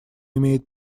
имеет